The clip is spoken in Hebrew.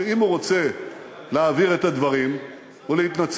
שאם הוא רוצה להבהיר את הדברים ולהתנצל,